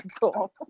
cool